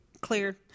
clear